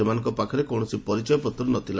ସେମାନଙ୍କ ପାଖରେ କୌଣସି ପରିଚୟପତ୍ର ନଥିଲା